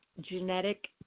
genetic